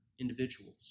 individuals